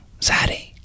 zaddy